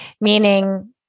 Meaning